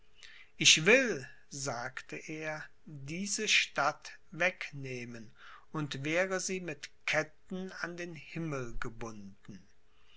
ich will sagte er diese stadt wegnehmen und wäre sie mit ketten an den himmel gebunden